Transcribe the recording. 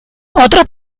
otros